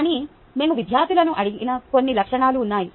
కానీ మేము విద్యార్థులను అడిగిన కొన్ని లక్షణాలు ఉన్నాయి